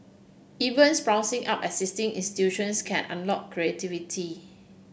even sprucing up existing institutions can unlock creativity